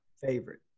favorite